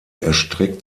erstreckt